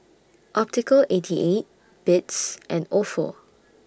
Optical eighty eight Beats and Ofo